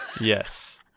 Yes